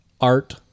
Art